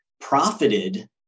profited